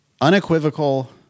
unequivocal